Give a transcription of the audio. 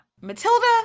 Matilda